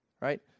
right